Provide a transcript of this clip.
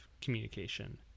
communication